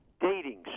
Dating